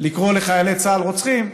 לקרוא לחיילי צה"ל רוצחים,